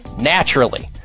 naturally